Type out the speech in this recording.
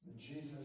Jesus